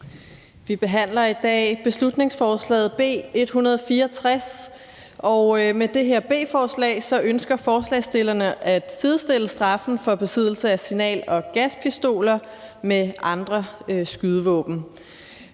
Vi behandler i dag beslutningsforslag B 124, og med det her B-forslag ønsker forslagsstillerne at sidestille straffen for besiddelse af signal- og gaspistoler med straffen